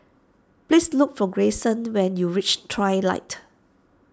please look for Greyson when you reach Trilight